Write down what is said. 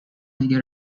دیگه